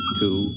two